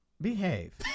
Behave